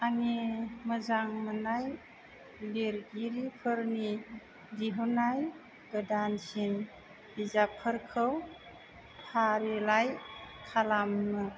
आंनि मोजां मोन्नाय लिरगिरिफोरनि दिहुन्नाय गोदानसिन बिजाबफोरखौ फारिलाइ खालामो